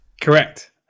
Correct